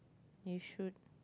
you should